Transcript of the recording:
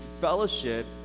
fellowship